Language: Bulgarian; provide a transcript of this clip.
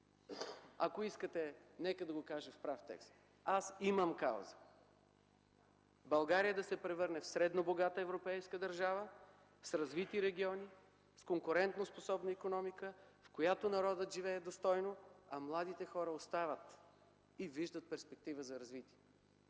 ако искате, нека да го кажа в прав текст – аз имам кауза: България да се превърне в средно богата европейска държава с развити региони с конкурентоспособна икономика, в която народът живее достойно, а младите хора остават и виждат перспективи за развитие.